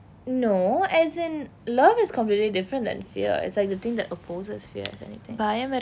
no as in love is completely different than fear it's like the thing that opposes fear if anything